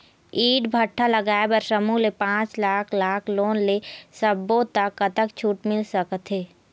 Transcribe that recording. ईंट भट्ठा लगाए बर समूह ले पांच लाख लाख़ लोन ले सब्बो ता कतक छूट मिल सका थे?